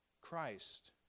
Christ